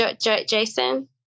Jason